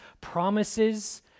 promises